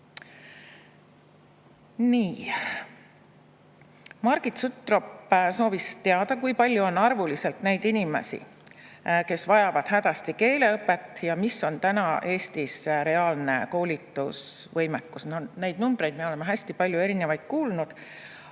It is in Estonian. Nii, Margit Sutrop soovis teada, kui palju on arvuliselt neid inimesi, kes vajavad hädasti keeleõpet, ja mis on täna Eestis reaalne koolitusvõimekus. Neid numbreid me oleme hästi palju erinevaid kuulnud.